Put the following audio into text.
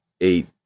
eight